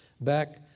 back